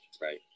right